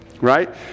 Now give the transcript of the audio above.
right